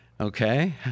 Okay